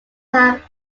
have